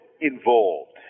involved